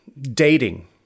Dating